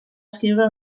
escriure